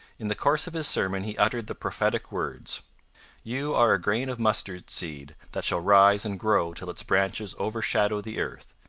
in the course of his sermon he uttered the prophetic words you are a grain of mustard seed that shall rise and grow till its branches overshadow the earth.